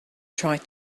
tried